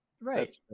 Right